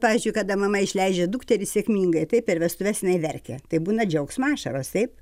pavyzdžiui kada mama išleidžia dukterį sėkmingai tai per vestuves jinai verkia tai būna džiaugsmo ašaros taip